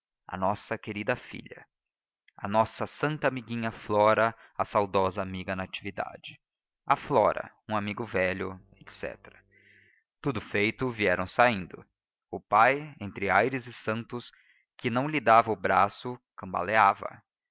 à nossa querida filha à nossa santa amiguinha flora a saudosa amiga natividade a flora um amigo velho etc tudo feito vieram saindo o pai entre aires e santos que lhe davam o braço cambaleava